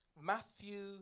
Matthew